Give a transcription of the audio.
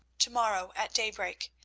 to-morrow at daybreak,